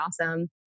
awesome